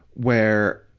where,